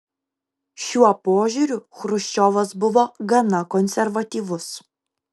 šiuo požiūriu chruščiovas buvo gana konservatyvus